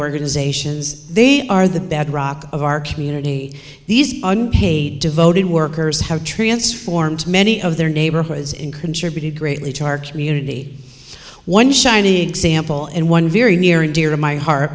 organizations they are the bedrock of our community these unpaid devoted workers have transformed many of their neighborhoods in contributed greatly to our community one shining example and one very near and dear to my heart